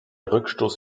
rückstoß